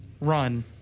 run